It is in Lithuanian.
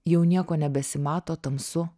jau nieko nebesimato tamsu